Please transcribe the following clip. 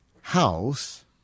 house